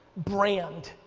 brand,